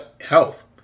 health